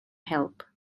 help